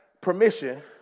permission